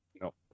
No